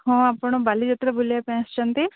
ହଁ ଆପଣ ବାଲିଯାତ୍ରା ବୁଲିବା ପାଇଁ ଆସିଛନ୍ତି